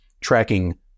tracking